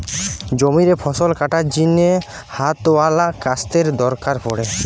জমিরে ফসল কাটার জিনে হাতওয়ালা কাস্তের দরকার পড়ে